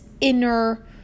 inner